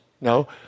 no